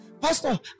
Pastor